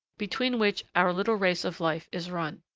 between which our little race of life is run.